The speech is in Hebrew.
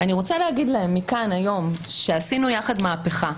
אני רוצה להגיד להן מכאן היום שעשינו יחד מהפכה.